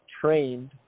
trained